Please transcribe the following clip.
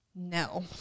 No